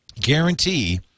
Guarantee